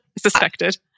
Suspected